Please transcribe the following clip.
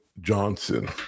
Johnson